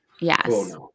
Yes